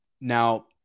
Now